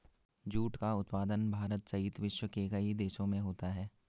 jute का उत्पादन भारत सहित विश्व के कई देशों में होता है